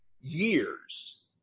years